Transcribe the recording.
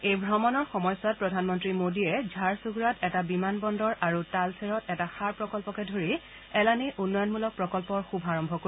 এই ভ্ৰমণৰ সময়ছোৱাত প্ৰধানমন্ত্ৰী মোদীয়ে ঝাৰচুণ্ডাত এটা বিমান বন্দৰ আৰু টালচেৰত এটা সাৰ প্ৰকল্পকে ধৰি এলানী উন্নয়নমূলক প্ৰকল্পৰ শুভাৰম্ভ কৰিব